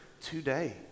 today